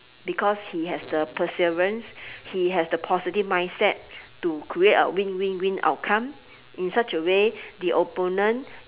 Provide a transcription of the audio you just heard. because he has the perseverance he has the positive mindset to create a win win win outcome in such a way the opponent